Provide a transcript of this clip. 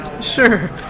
Sure